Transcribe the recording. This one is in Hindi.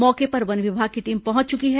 मौके पर वन विभाग की टीम पहुंच चुकी है